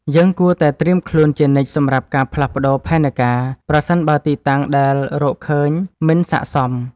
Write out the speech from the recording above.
យើងគួរតែត្រៀមខ្លួនជានិច្ចសម្រាប់ការផ្លាស់ប្តូរផែនការ ប្រសិនបើទីតាំងដែលរកឃើញមិនស័ក្តិសម។